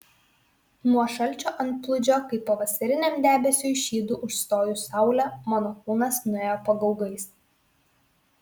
nuo šalčio antplūdžio kaip pavasariniam debesiui šydu užstojus saulę mano kūnas nuėjo pagaugais